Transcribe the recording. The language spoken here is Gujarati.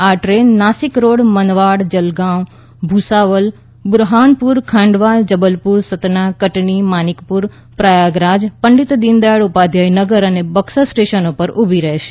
આ ટ્રેન નાસિક રોડ મનમાડ જલગાંવ ભુસાવલ બુરહાનપુર ખાંડવા જબલપુર સતના કટની માનિકપુર પ્રયાગરાજ પંડિત દીનદયાળ ઉપાધ્યાય નગર અને બક્સર સ્ટેશનો પર ઊભી રહેશે